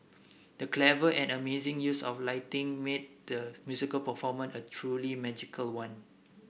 the clever and amazing use of lighting made the musical performance a truly magical one